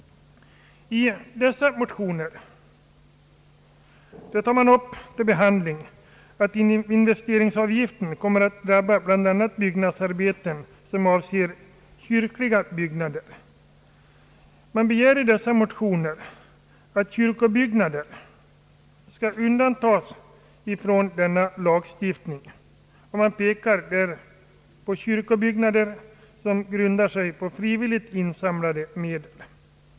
I dessa motioner tar man upp till behandling att investeringsavgiften kommer att drabba bl.a. byggnadsarbeten som avser kyrkliga byggnader. Motionärerna begär att kyrkobyggnader skall undantas från denna lagstiftning, och man pekar där på kyrkobyggnader avsedda att byggas för frivilligt insamlade medel.